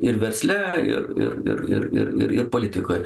ir versle ir ir ir ir ir ir politikoj